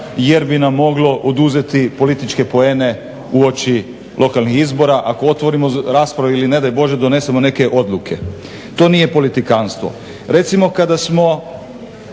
jer bi nam moglo oduzeti političke poene uoči lokalnih izbora ako otvorimo raspravu ili ne daj Bože donesemo neke odluke, to nije politikanstvo. Recimo kada smo